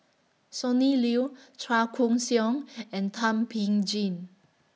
Sonny Liew Chua Koon Siong and Thum Ping Tjin